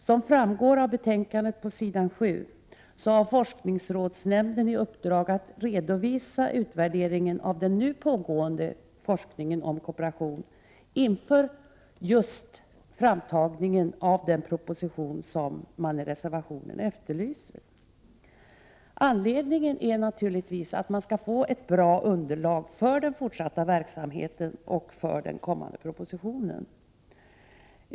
Som framgår av betänkandet på s. 7 har forskningsrådsnämnden i uppdrag att redovisa utvärderingen av den nu pågående forskningen om kooperationen inför framtagningen av just den proposition som man efterlyser i reservationen. Anledningen är naturligtvis att man skall få ett bra underlag för den fortsatta verksamheten och för den kommande propositionen.